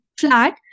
flat